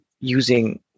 using